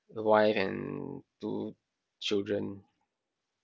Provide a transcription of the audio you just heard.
the wife and two children